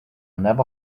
never